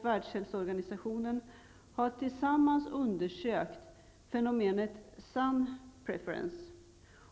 Världshälsoorganisationen har tillsammans undersökt fenomenet ''son-preference''.